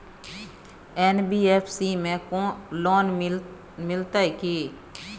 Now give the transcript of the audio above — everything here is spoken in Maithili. एन.बी.एफ.सी में लोन मिलते की?